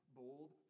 bold